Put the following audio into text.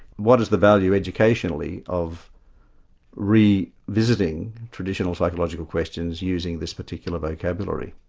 what is the value educationally of revisiting traditional psychological questions using this particular vocabulary?